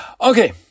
okay